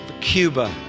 Cuba